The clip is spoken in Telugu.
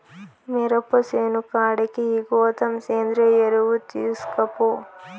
మిరప సేను కాడికి ఈ గోతం సేంద్రియ ఎరువు తీస్కపో